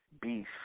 beef